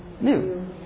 new